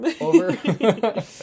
over